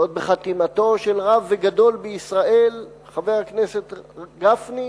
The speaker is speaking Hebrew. ועוד בחתימתו של רב וגדול בישראל, חבר הכנסת גפני?